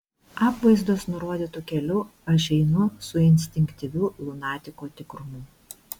apvaizdos nurodytu keliu aš einu su instinktyviu lunatiko tikrumu